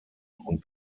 und